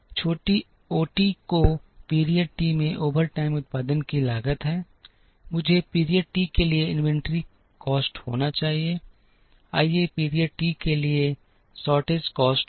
छोटी ओटी को period T में ओवरटाइम उत्पादन की लागत है मुझे पीरियड टी के लिए इन्वेंट्री कॉस्ट होना चाहिए आइए पीरियड टी के लिए शॉर्टेज कॉस्ट हो